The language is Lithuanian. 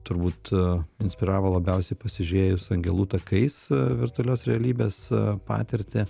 turbūt inspiravo labiausiai pasižiūrėjus angelų takais virtualios realybės patirtį